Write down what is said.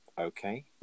Okay